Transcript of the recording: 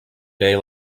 day